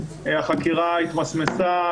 החקירה התמסמסה,